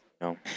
No